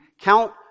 count